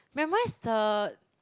memorise the